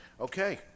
Okay